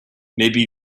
maybe